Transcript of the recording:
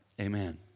Amen